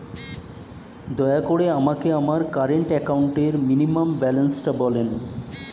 দয়া করে আমাকে আমার কারেন্ট অ্যাকাউন্ট মিনিমাম ব্যালান্সটা বলেন